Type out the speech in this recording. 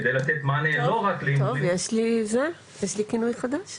כדי לתת מענה לא רק יש לי כינוי חדש.